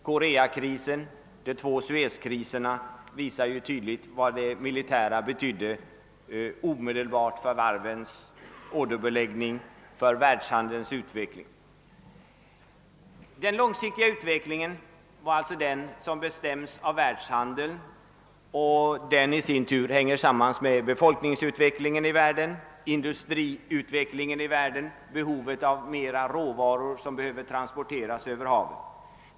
Koreakrisen och de två Suez-kriserna visar ju tydligt vad det militära betydde omedelbart för varvens orderbeläggning och för världshandelns utveckling. Den långsiktiga utvecklingen är den som bestäms av världshandeln och den i sin tur hänger samman med befolkningsutvecklingen i världen, industriutvecklingen i världen och behovet av mera råvaror som behöver transporteras över haven.